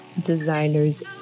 designers